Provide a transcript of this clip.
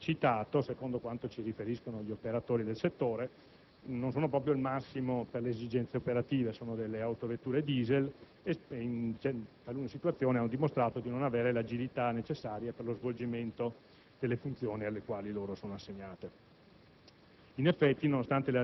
Peraltro, le Alfa Romeo 159 che lei ha citato, secondo quanto ci riferiscono gli operatori del settore, non sono proprio il massimo per le esigenze operative: sono delle autovetture *diesel* e in talune situazioni hanno dimostrato di non avere l'agilità necessaria per lo svolgimento